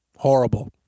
Horrible